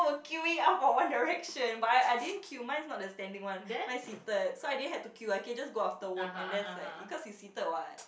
queuing up for One Direction but I I didn't queue mine is not the standing one mine seated so I didn't have to queue I can just go after work and there is like because you seated what